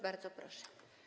Bardzo proszę.